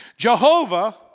Jehovah